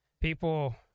people